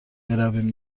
برویم